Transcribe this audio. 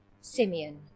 Simeon